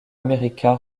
américain